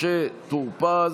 משה טור פז,